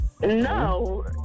No